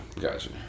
Gotcha